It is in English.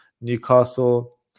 Newcastle